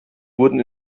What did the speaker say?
wurden